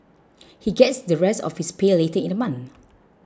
he gets the rest of his pay later in the month